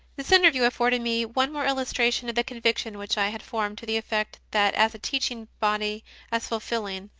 this interview afforded me one more illustration of the conviction which i had formed to the effect that as a teaching body as fulfilling,